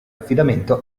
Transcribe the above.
affidamento